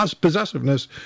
possessiveness